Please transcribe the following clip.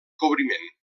cobriment